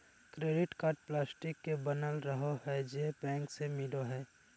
credit card plastic के बनल रहो हइ जे बैंक से मिलो हइ